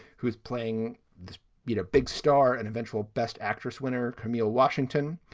who's playing the you know big star and eventual best actress winner, camille washington.